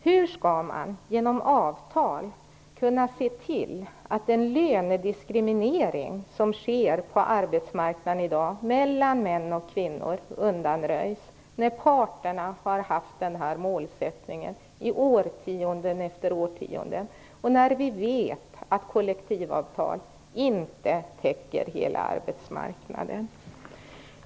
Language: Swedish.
Hur skall man genom avtal kunna se till att den lönediskriminering mellan män och kvinnor som sker på arbetsmarknaden i dag undanröjs, när parterna har haft denna målsättning i årtionden efter årtionden och när vi vet att kollektivavtal inte täcker hela arbetsmarknaden?